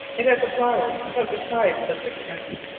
it has flowers about the size of a sixpence,